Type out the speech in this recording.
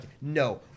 no